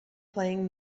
playing